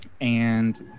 and-